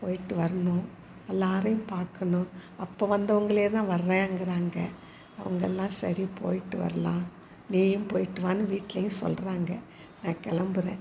போய்ட்டு வரணும் எல்லாரையும் பார்க்கணும் அப்போ வந்தவங்களே தான் வர்றேங்கிறாங்க அவங்கெல்லாம் சரி போய்ட்டு வரலாம் நீயும் போய்ட்டுவான்னு வீட்டிலையும் சொல்கிறாங்க நான் கிளம்புறேன்